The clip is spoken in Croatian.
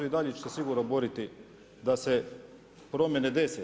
I dalje ću se sigurno boriti da se promijene dese.